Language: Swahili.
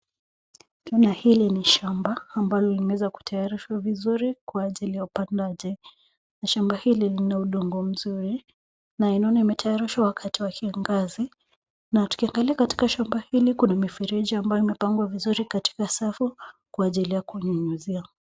Twaona hili ni shamba ambalo limeweza kutayarishwa vizuri kwa ajili ya upandaji. Shamba hili lina udongo mzuri na inaona imetayarishwa wakati wa kiangazi na tukiangalia katika shamba hili kuna mifereji ambayo imepangwa vizuri katika safu kwa ajili ya kunyunyuzia.